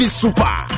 super